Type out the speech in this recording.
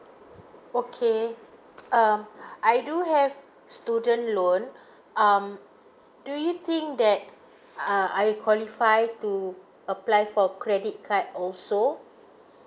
okay um I do have student loan um do you think that uh I qualify to apply for credit card also